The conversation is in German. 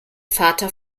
vater